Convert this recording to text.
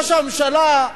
ראש הממשלה,